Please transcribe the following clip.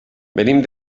venim